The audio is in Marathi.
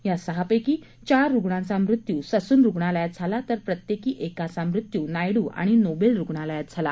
या सहा पैकी चार रुग्णांचा मृत्यू ससून रुग्णालयात झाला तर प्रत्येकी एकाचा मृत्यू नायडू आणि नोबेल रुग्णालयात झाला